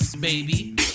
Baby